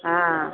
हँ